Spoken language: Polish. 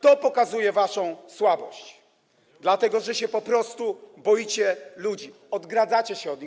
To pokazuje waszą słabość, dlatego że się po prostu boicie ludzi, odgradzacie się od nich.